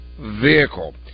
vehicle